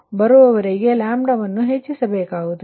76 ಬರುವವರೆ ವನ್ನು ಹೆಚ್ಚಿಸಬೇಕಾಗುತ್ತದೆ